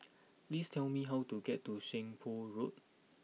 please tell me how to get to Seng Poh Road